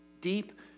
Deep